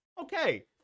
Okay